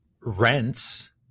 Rents